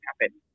happen